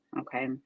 okay